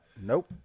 nope